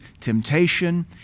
temptation